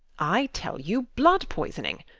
i tell you, blood-poisoning.